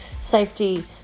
safety